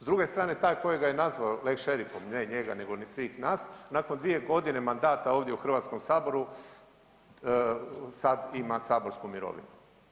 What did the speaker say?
S druge strane taj koji ga je nazvao lex šerifom, ne njega nego svih nas, nakon 2 godine mandata ovdje u Hrvatskom saboru sad ima saborsku mirovinu.